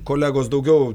kolegos daugiau